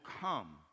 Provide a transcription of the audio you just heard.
come